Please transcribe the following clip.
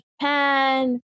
Japan